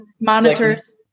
Monitors